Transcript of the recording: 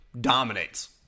dominates